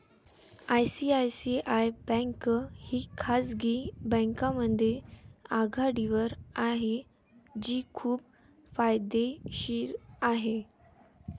ICICI bank ही खाजगी बँकांमध्ये आघाडीवर आहे जी खूप फायदेशीर आहे